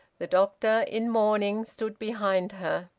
the doctor, in mourning, stood behind her.